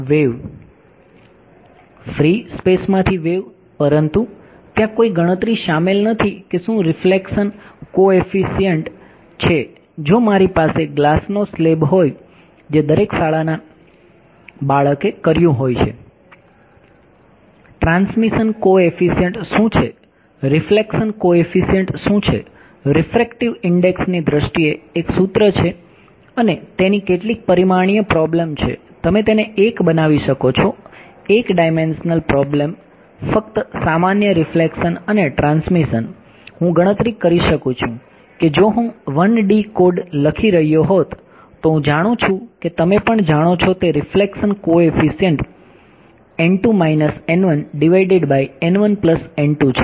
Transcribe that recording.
free space માંથી wave પરંતુ ત્યાં કોઈ ગણતરી શામેલ નથી કે શું રિફ્લેક્સન કોએફિસિયન્ટ ફક્ત સામાન્ય રિફ્લેક્સન અને ટ્રાન્સમિશન હું ગણતરી કરી શકું છું કે જો હું 1D કોડ લખી રહ્યો હોત તો હું જાણું છું કે તમે પણ જાણો છો તે રિફ્લેક્સન કોએફિસિયન્ટ છે